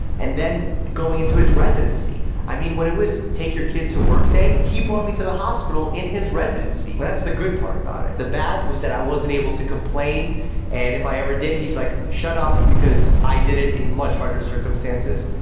and then going into his residency. i mean when it was take your kid to work day he brought me to the hospital in his residency. and that's the good part about it. the bad was that i wasn't able to complain and if i ever did, he's like shut up, because i did it in much harder circumstances.